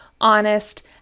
honest